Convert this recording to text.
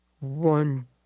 one